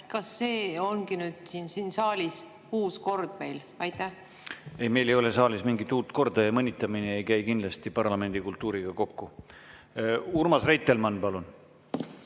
Kas see ongi nüüd siin saalis uus kord meil? Ei, meil ei ole saalis mingit uut korda ja mõnitamine ei käi kindlasti parlamendi kultuuriga kokku. Urmas Reitelmann, palun!